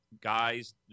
Guys